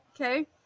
okay